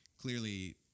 clearly